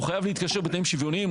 הוא חייב להתקשר בתנאים שוויוניים.